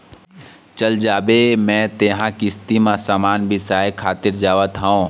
चल जाबे तें मेंहा किस्ती म समान बिसाय खातिर जावत हँव